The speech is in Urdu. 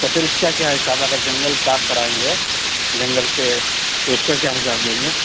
تو پھر اس کا کیا حساب ہے اگر جنگل صاف کرائیں گے جنگل کے تو اس کا کیا حساب لیں گے